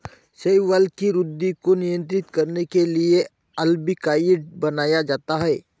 शैवाल की वृद्धि को नियंत्रित करने के लिए अल्बिकाइड बनाया जाता है